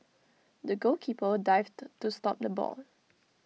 the goalkeeper dived to stop the ball